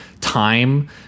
time